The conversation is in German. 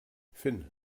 finn